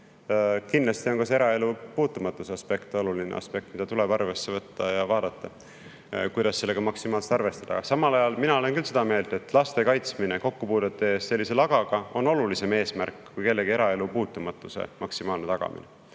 Kindlasti on oluline ka eraelu puutumatuse aspekt, mida tuleb arvesse võtta, tuleb vaadata, kuidas sellega maksimaalselt arvestada. Aga samal ajal mina olen küll seda meelt, et laste kaitsmine kokkupuudete eest sellise lagaga on olulisem eesmärk kui kellegi eraelu puutumatuse maksimaalne tagamine.